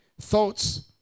Thoughts